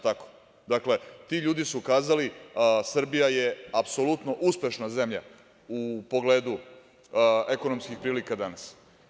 Ti ljudi su kazali - Srbija je apsolutno uspešna zemlja u pogledu ekonomskih prilika danas.